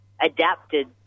adapted